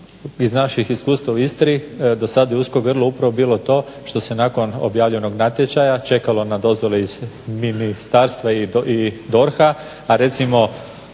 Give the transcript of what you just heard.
Iz naših iskustava u Istri do sad je usko grlo upravo bilo to što se nakon objavljenog natječaja čekalo na dozvole iz ministarstva i DORH-a a recimo